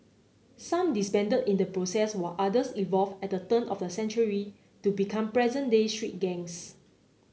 some disbanded in the process while others evolve at the turn of the century to become present day street gangs